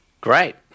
Great